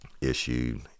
issued